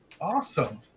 Awesome